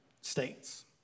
states